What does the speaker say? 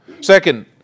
Second